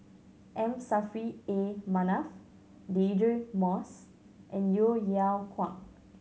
M Saffri A Manaf Deirdre Moss and Yeo Yeow Kwang